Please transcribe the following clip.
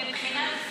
מבחינת סטטיסטיקה,